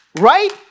Right